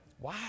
Wow